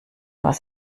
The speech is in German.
was